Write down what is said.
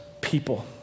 people